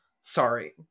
sorry